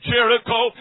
Jericho